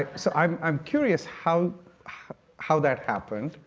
so i'm i'm curious how how that happened.